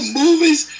movies